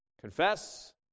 Confess